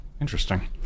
interesting